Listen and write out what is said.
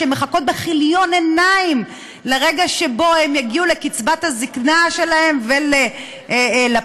שמחכות בכיליון עיניים לרגע שבו הן יגיעו לקצבת הזקנה שלהן ולפנסיה,